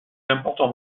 important